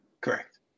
correct